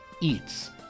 eats